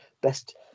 best